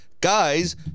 guys